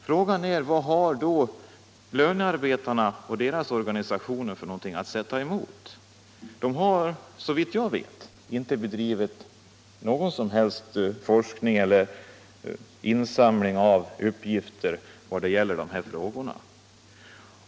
Frågan är vad lönarbetarna och deras organisationer har att sätta emot. De har, såvitt jag vet, inte bedrivit någon som helst forskning eller samlat in uppgifter när det gäller de här frågorna.